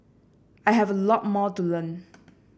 I have a lot more to learn